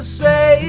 say